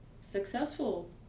successful